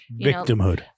victimhood